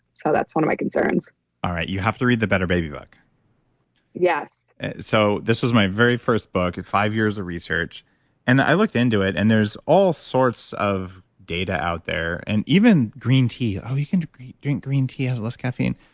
so that's one of my concerns all right, you have to read the better baby book yes so this was my very first book, did and five years of research and i looked into it and there's all sorts of data out there and even green tea, oh, you can drink green tea, it has less caffeine.